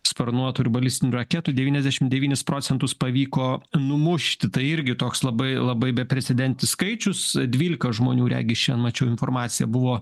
sparnuotų ir balistinių raketų devyniasdešim devynis procentus pavyko numušti tai irgi toks labai labai beprecedentis skaičius dvylika žmonių regis šiandien mačiau informacija buvo